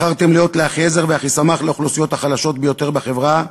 בחרתם להיות לאחיעזר ולאחיסמך לאוכלוסיות החלשות ביותר בחברה,